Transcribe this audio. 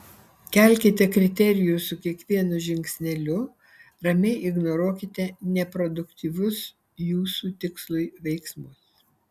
kelkite kriterijų su kiekvienu žingsneliu ramiai ignoruokite neproduktyvius jūsų tikslui veiksmus